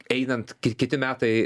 einant ki kiti metai